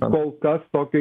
kol kas tokio